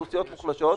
רבותיי,